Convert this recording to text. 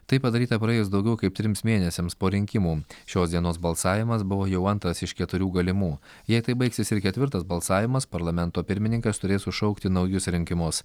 tai padaryta praėjus daugiau kaip trims mėnesiams po rinkimų šios dienos balsavimas buvo jau antras iš keturių galimų jei taip baigsis ir ketvirtas balsavimas parlamento pirmininkas turės sušaukti naujus rinkimus